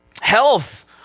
Health